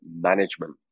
management